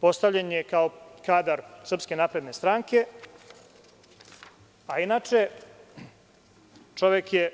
Postavljen je kao kadar SNS, a inače čovek je